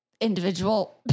individual